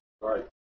right